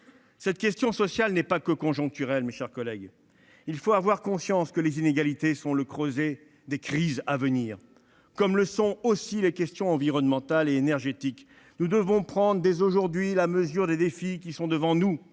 Cette question sociale n'est pas que conjoncturelle, mes chers collègues. Il faut avoir conscience que les inégalités sont le creuset des crises à venir, comme le sont aussi les questions environnementales et énergétiques. Nous devons prendre dès aujourd'hui la mesure des défis qui sont devant nous